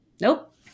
nope